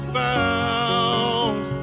found